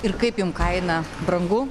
ir kaip jum kaina brangu